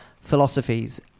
philosophies